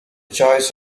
choice